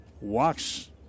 walks